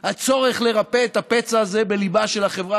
הצורך לרפא את הפצע הזה בליבה של החברה